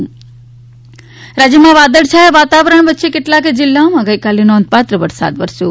વરસાદ રાજ્યમાં વાદળછાયા વાતાવરણ વચ્ચે કેટલાક જિલ્લાઓમાં નોંધપાત્ર વરસાદ વરસ્યો